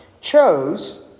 chose